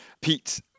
Pete